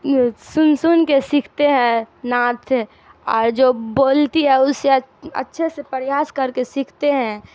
سن سن کے سیکھتے ہیں نعت اور جو بولتی ہے اس سے اچھے سے پریاس کر کے سیکھتے ہیں